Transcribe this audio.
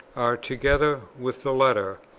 are, together with the letter,